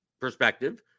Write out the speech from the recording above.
perspective